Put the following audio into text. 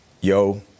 yo